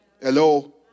Hello